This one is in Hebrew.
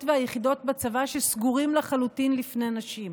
והיחידות בצבא שסגורים לחלוטין בפני נשים.